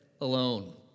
alone